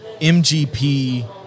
MGP